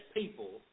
people